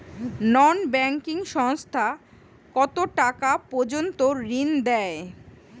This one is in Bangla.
নন ব্যাঙ্কিং সংস্থা কতটাকা পর্যন্ত ঋণ দেয়?